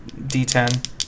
d10